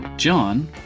John